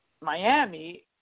Miami